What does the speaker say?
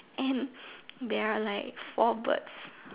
and there are like four birds